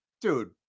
Dude